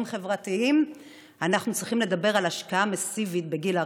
חברתיים אנחנו צריכים לדבר על השקעה מסיבית בגיל הרך,